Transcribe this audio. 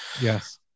yes